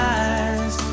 eyes